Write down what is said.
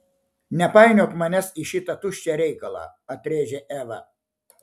nepainiok manęs į šitą tuščią reikalą atrėžė eva